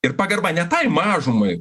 ir pagarba ne tai mažumai